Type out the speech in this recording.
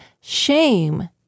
Shame